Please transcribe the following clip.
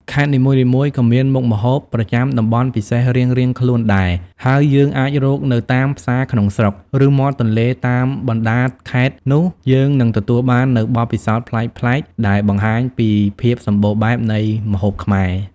ខេត្តនីមួយៗក៏មានមុខម្ហូបប្រចាំតំបន់ពិសេសរៀងៗខ្លួនដែរ ហើយយើងអាចរកនៅតាម ផ្សារក្នុងស្រុក ឬ មាត់ទន្លេ តាមបណ្ដាខេត្ត នោះយើងនឹងទទួលបាននូវបទពិសោធន៍ប្លែកៗ ដែលបង្ហាញពីភាពសម្បូរបែបនៃម្ហូបខ្មែរ ។